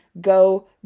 go